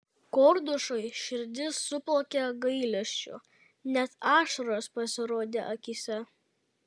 kordušui širdis suplakė gailesčiu net ašaros pasirodė akyse